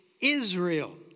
Israel